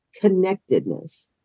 connectedness